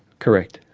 correct.